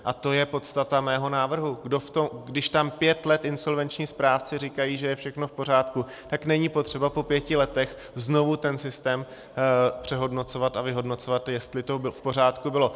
A to je podstata mého návrhu: když tam pět let insolvenční správci říkají, že je všechno v pořádku, tak není potřeba po pěti letech znovu ten systém přehodnocovat a vyhodnocovat, jestli to v pořádku bylo.